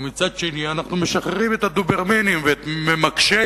ומצד שני אנחנו משחררים את הדוברמנים ואת ממקשי